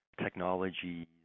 technologies